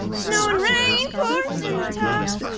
snow and rain pours in the top.